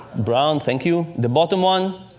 brown. thank you. the bottom one?